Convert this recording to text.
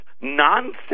nonsense